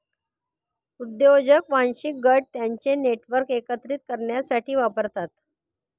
उद्योजक वांशिक गट त्यांचे नेटवर्क एकत्रित करण्यासाठी वापरतात